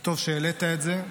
וטוב שהעלית את זה.